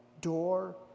door